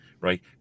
right